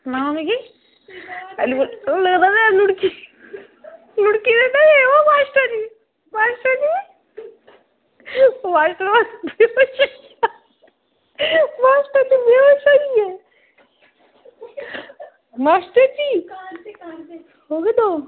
सनाओ मिगी